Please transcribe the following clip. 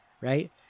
right